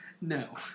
No